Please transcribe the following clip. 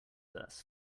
first